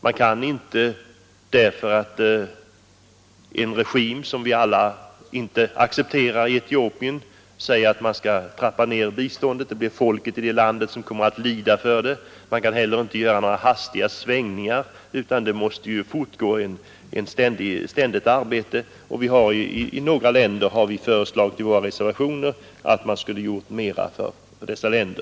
Man kan inte trappa ned biståndet bara för att Etiopien har en regim som vi inte accepterar. Det är Nr 72 folket i landet som blir lidande. Inte heller kan man göra några hastiga svängningar, utan ett ständigt arbete måste fortgå. I våra reservationer har vi föreslagit att man skall göra mera för detta land.